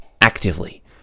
actively